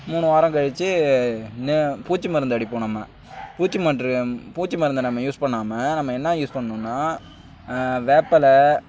மூணு வாரம் கழிச்சு பூச்சி மருந்து அடிப்போம் நம்ம பூச்சி மருந்து பூச்சி மருந்தை நம்ம யூஸ் பண்ணாமல் நம்ம என்ன யூஸ் பண்ணும்ன்னா வேப்பலை